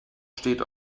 steht